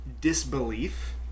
disbelief